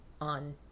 on